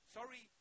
Sorry